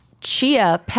chia